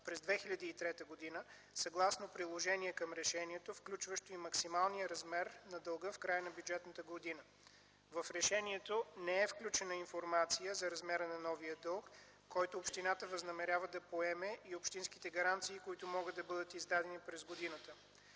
през 2003 г. съгласно приложение към решението, включващо и максималния размер на дълга в края на бюджетната година. В решението не е включена информация за размера на новия дълг, който общината възнамерява да поеме, и общинските гаранции, които могат да бъдат издадени през годината.